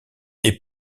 est